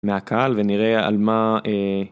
מהקהל ונראה על מה.